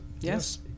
Yes